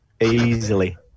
easily